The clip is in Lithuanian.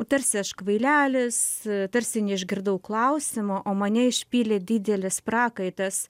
tarsi aš kvailelis tarsi neišgirdau klausimo o mane išpylė didelis prakaitas